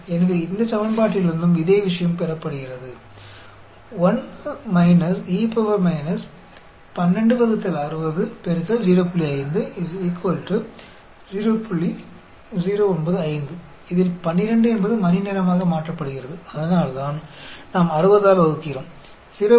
எனவே இந்த சமன்பாட்டிலிருந்தும் இதே விஷயம் பெறப்படுகிறது இதில் 12 என்பது மணிநேரமாக மாற்றப்படுகிறது அதனால்தான் நாம் 60 ஆல் வகுக்கிறோம் 0